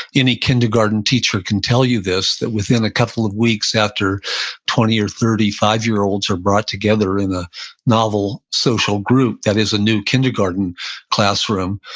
any kindergarten teacher can tell you this, that within a couple of weeks after twenty or thirty five-year-olds are brought together in a novel social group that is a new kindergarten classroom,